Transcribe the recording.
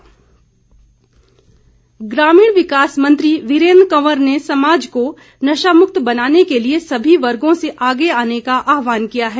वीरेन्द्र कंवर ग्रामीण विकास मंत्री वीरेन्द्र कंवर ने समाज को नशामुक्त बनाने के लिए सभी वर्गों से आगे आने का आहवान किया है